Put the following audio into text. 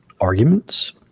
arguments